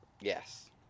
Yes